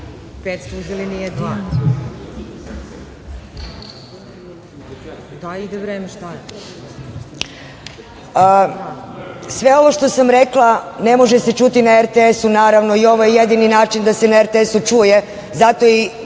Sve ovo što sam rekla ne može se čuti na RTS-u naravno i ovo je jedini način da se na RTS-u čuje i zato i